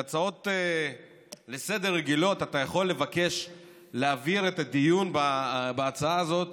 בהצעות רגילות לסדר-היום אתה יכול לבקש להעביר את הדיון בהצעה הזאת